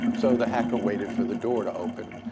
so the hacker waited for the door to open.